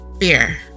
Fear